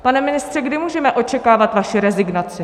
Pane ministře, kdy můžeme očekávat vaši rezignaci?